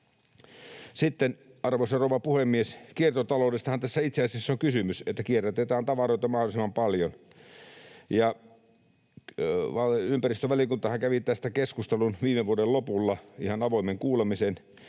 Arvoisa rouva puhemies! Kiertotaloudestahan tässä itse asiassa on kysymys, siitä, että kierrätetään tavaroita mahdollisimman paljon. Ympäristövaliokuntahan kävi tästä keskustelun viime vuoden lopulla, ihan avoimen kuulemisen.